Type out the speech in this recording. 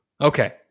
Okay